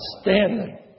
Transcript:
standing